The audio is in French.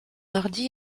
ordi